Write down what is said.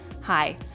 hi